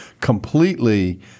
completely